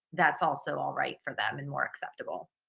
that's also all right for them and more acceptable.